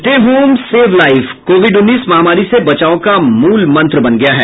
stay home save life covid उन्नीस महामारी से बचाव का मूल मंत्र बन गया है